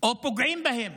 או פוגעים בהם